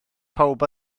pawb